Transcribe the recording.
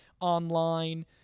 online